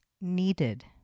needed